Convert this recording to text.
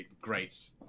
great